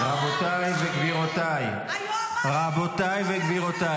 --- רבותיי וגבירותיי, רבותיי וגבירותיי.